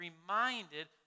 reminded